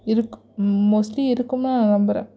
இருக்குது மோஸ்ட்லீ இருக்கும்மா நான் நம்புகிறேன்